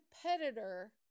competitor